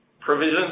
Provision